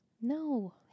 No